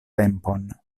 tempon